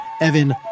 Evan